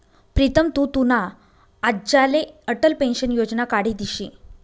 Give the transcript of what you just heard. प्रीतम तु तुना आज्लाले अटल पेंशन योजना काढी दिशी